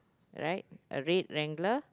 right a red wrangler